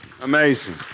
Amazing